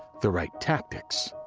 the right tactics,